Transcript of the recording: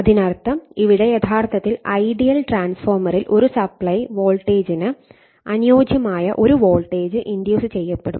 അതിനർത്ഥം ഇവിടെ യഥാർത്ഥത്തിൽ ഐഡിയൽ ട്രാൻസ്ഫോർമറിൽ ഒരു സപ്ലൈ വോൾട്ടേജിന് അനുയോജ്യമായ ഒരു വോൾട്ടേജ് ഇൻഡ്യൂസ് ചെയ്യപ്പെടും